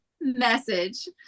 message